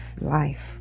life